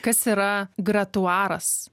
kas yra gratuaras